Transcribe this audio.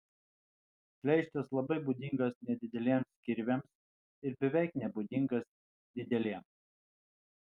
pleištas labai būdingas nedideliems kirviams ir beveik nebūdingas dideliems